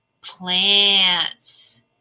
plants